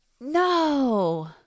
No